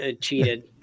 cheated